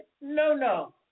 no-no